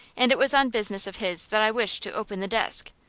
and it was on business of his that i wished to open the desk.